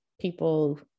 people